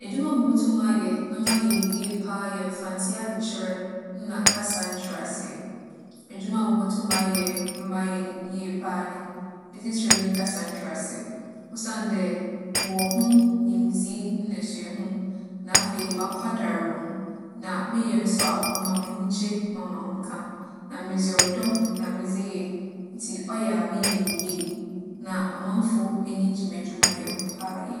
Edwuma a mubotum mayɛ na mayɛ no yie paa yɛ Mfantse adzekyerɛ nna kasa nkyerɛasee. Edwuma a mubotum mayɛ na mayɛ no yie paa nye no, ne tsitsir nye kasa nkyerɛasee. Osiandɛ, mowͻ ho nyimdzee na suahu, na afei, makwadar wͻ mu. Na meyɛ so a, ͻma me enyigye ma me ahomka, na medze ͻdͻ na medze yɛ. Ntsi ͻyɛ a meyɛ no yie, na amamfo enyi gye m'edwumayɛ ho paa yie.